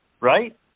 Right